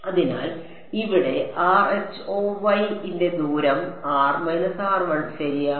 അതിനാൽ ഇവിടെ rho y ഈ ദൂരം ശരിയാണ്